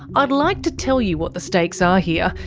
i'd like to tell you what the stakes are here,